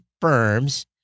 firms